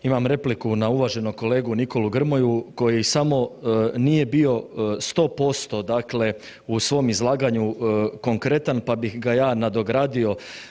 Imam repliku na uvaženog kolegu Nikolu Grmoju koji samo nije bio 100%, dakle u svom izlaganju konkretan, pa bih ga ja nadogradio.